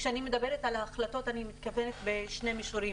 כשאני מדברת על ההחלטות, אני מתכוונת בשני מישורים